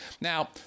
Now